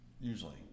usually